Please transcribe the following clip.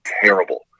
terrible